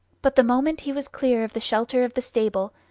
but the moment he was clear of the shelter of the stable,